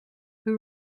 who